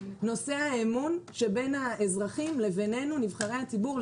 נושא האמון שבינינו נבחרי הציבור,